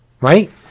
Right